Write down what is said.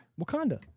Wakanda